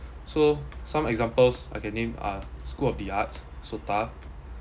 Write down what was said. so some examples I can name uh school of the arts SOTA